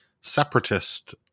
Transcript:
separatist